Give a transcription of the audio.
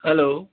hello